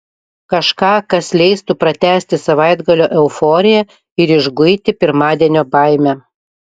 kažką kas leistų pratęsti savaitgalio euforiją ir išguiti pirmadienio baimę